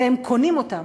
והם קונים אותם,